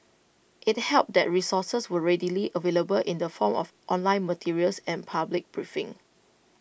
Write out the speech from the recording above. IT helped that resources were readily available in the form of online materials and public briefings